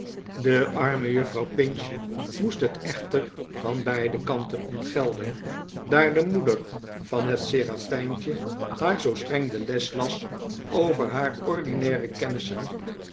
de arme juffrouw pinch mpest het echter van beide kanten ontgelden daar de moeder van het serafijntje haar zoo streng de les las over haar ordinaire kennissen